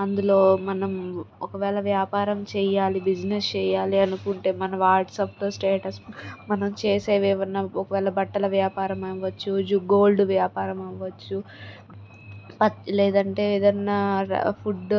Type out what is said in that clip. అందులో మనం ఒకవేళ వ్యాపారం చేయాలి బిజినెస్ చేయాలి అనుకుంటే మన వాట్సాప్ స్టేటస్ మనం చేసేవి ఏవన్నా ఒకవేళ బట్టల వ్యాపారం అవ్వచ్చు గోల్డ్ వ్యాపారం అవ్వచ్చు లేదంటే ఏదన్నా ఫుడ్